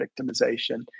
victimization